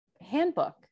handbook